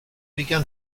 began